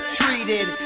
treated